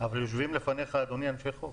אבל יושבים לפניך אנשי חוק,